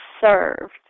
served